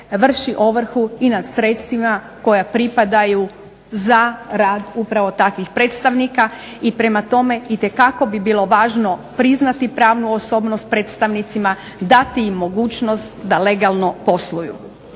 vrši ovrhu i nad sredstvima koja pripadaju za rad upravo takvih predstavnika. I prema tome itekako bi bilo važno priznati pravnu osobnost predstavnicima, dati im mogućnost da legalno posluju.